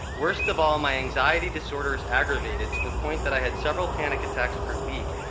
worst of all, my anxiety disorders aggravated to the point that i had several panic attacks per week